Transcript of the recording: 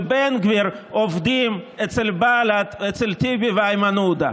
ובן גביר עובדים אצל בל"ד ואצל טיבי ואיימן עודה.